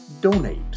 donate